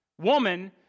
woman